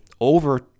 over